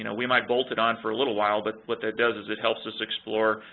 you know we might bolt it on for a little while, but what that does is it helps us explore,